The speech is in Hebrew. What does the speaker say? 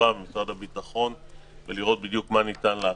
מה ניתן לעשות.